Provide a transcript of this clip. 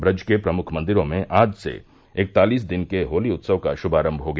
व्रज के प्रमुख मंदिरों में आज से इकतालिस दिन के होली उत्सव का श्भारम्भ हो गया